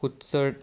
Kudchade